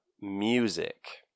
music